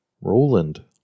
Roland